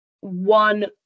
one